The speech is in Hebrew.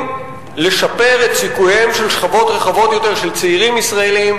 לשפר את סיכוייהן של שכבות רחבות יותר של צעירים ישראלים,